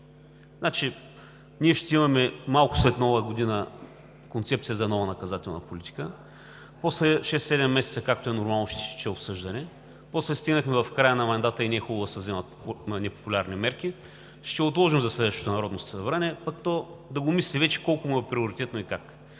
води до това. Малко след нова година ще имаме концепция за нова наказателна политика, после 6 – 7 месеца, както е нормално, ще тече обсъждане, после стигнахме в края на мандата и не е хубаво да се вземат непопулярни мерки, ще отложим за следващото Народно събрание, пък то да го мисли вече колко му е приоритетно и как.